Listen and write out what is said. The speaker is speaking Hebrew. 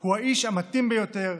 הוא האיש המתאים ביותר,